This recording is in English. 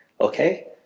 Okay